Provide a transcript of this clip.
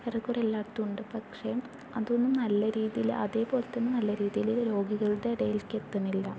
ഏറെക്കുറേ എല്ലായിടത്തും ഉണ്ട് പക്ഷെ അതൊന്നും നല്ല രീതിയില് അതേപോലെത്തന്നെ നല്ല രീതിയില് രോഗികളുടെ ഇടയിലേക്ക് എത്തണില്ല